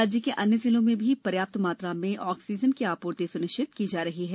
राज्य के अन्य जिलों में भी पर्याप्त मात्रा में आक्सीजन की आपूर्ति सुनिश्चित की जा रही है